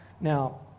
now